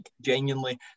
genuinely